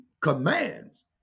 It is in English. commands